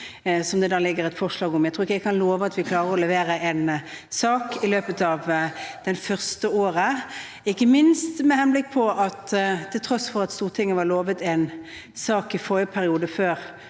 som det da ligger et forslag om. Jeg tror ikke jeg kan love at vi klarer å levere en sak i løpet av det første året, ikke minst med henblikk på at til tross for at Stortinget var lovet en sak i forrige periode, før